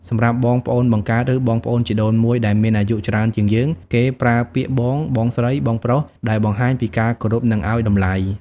សម្រាប់បងប្អូនបង្កើត ឬបងប្អូនជីដូនមួយដែលមានអាយុច្រើនជាងយើង គេប្រើពាក្យ បង បងស្រី បងប្រុសដែលបង្ហាញពីការគោរព និងឲ្យតម្លៃ។